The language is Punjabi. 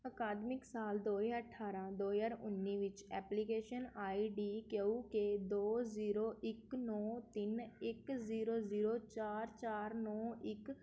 ਅਕਾਦਮਿਕ ਸਾਲ ਦੋ ਹਜ਼ਾਰ ਅਠਾਰਾਂ ਦੋ ਹਜ਼ਾਰ ਉੱਨੀ ਵਿੱਚ application I D K U K ਦੋ ਜ਼ੀਰੋ ਇੱਕ ਨੌਂ ਤਿੰਨ ਇੱਕ ਜ਼ੀਰੋ ਜ਼ੀਰੋ ਚਾਰ ਚਾਰ ਨੌਂ ਇੱਕ